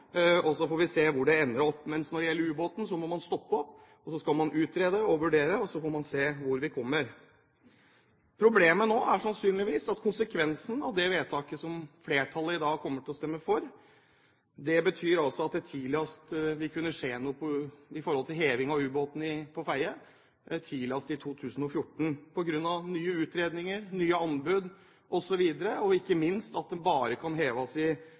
og så får vi se hvor det ender opp. Men når det gjelder ubåten, må man stoppe opp, og så skal man utrede og vurdere, og så får man ser hvor vi kommer. Problemet nå er sannsynligvis at konsekvensen av det vedtaket som flertallet i dag kommer til å stemme for, er at det tidligst vil kunne skje noe med tanke på heving av ubåten utenfor Fedje i 2014, på grunn av nye utredninger, nye anbud, osv., og ikke minst at den bare kan heves i